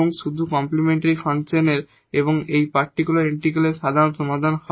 এবং শুধু কমপ্লিমেন্টরি ফাংশনের এবং এই পার্টিকুলার ইন্টিগ্রালের সাধারণ সমাধান হবে